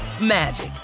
magic